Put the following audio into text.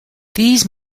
these